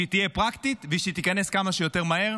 שהיא תהיה פרקטית ושהיא תיכנס כמה שיותר מהר.